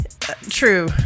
True